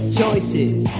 choices